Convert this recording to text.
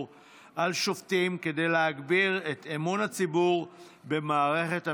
על שופטים כדי להגביר את אמון הציבור במערכת המשפט.